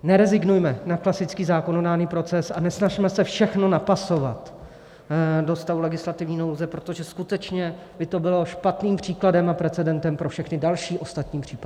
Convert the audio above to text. Nerezignujme na klasický zákonodárný proces a nesnažme se všechno napasovat do stavu legislativní nouze, protože skutečně by to bylo špatným příkladem a precedentem pro všechny další, ostatní případy.